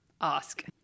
ask